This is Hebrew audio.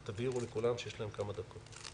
אנחנו עוברים לנושא הבא.